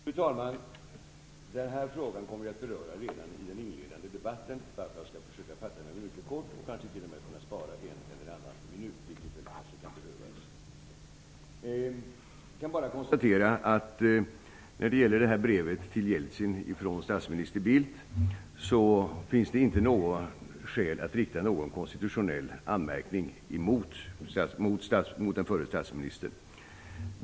Fru talman! Den här frågan kom vi att beröra redan i den inledande debatten, varför jag skall försöka fatta mig mycket kort, och kanske kan jag t.o.m. spara in eller annan minut, vilket kanske kan behövas. När det gäller brevet till Jeltsin från statsminister Bildt kan jag bara konstatera att det inte finns skäl att rikta någon konstitutionell anmärkning mot den förre statsministern.